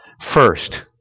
first